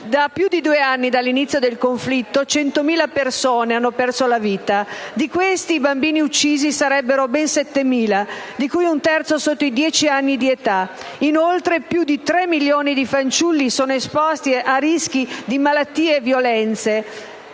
da più di due anni dall'inizio del conflitto 100.000 persone hanno perso la vita. Di questi, i bambini uccisi sarebbero ben 7.000, di cui un terzo sotto i dieci anni di età. Inoltre, più di tre milioni di fanciulli sono esposti a rischi di malattie e violenze.